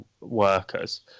workers